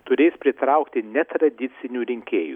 turės pritraukti netradicinių rinkėjų